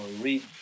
read